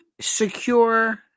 secure